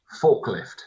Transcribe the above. forklift